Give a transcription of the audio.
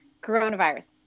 Coronavirus